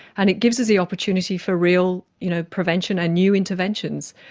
and it gives us the opportunity for real you know prevention and new interventions.